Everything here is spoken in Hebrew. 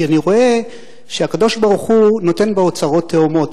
כי אני רואה שהקדוש-ברוך-הוא נותן באוצרות תהומות.